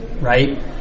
right